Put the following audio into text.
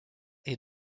est